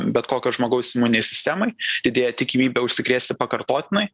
bet kokio žmogaus imuninei sistemai didėja tikimybė užsikrėsti pakartotinai